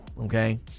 okay